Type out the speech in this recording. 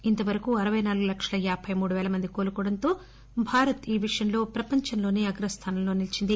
ఇంతవరకూ అరవై నాలుగు లక్షల యాభై మూడు పేల మంది కోలుకోవడంతో భారత్ ఈ విషయంలో ప్రపంచంలోసే అగ్ర స్లానాల్లో నిలిచింది